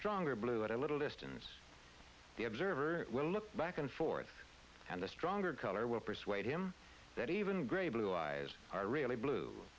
stronger blue at a little distance the observer will look back and forth and a stronger color will persuade him that even gray blue eyes are really blue